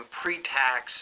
pre-tax